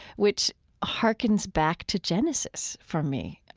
which harkens back to genesis for me,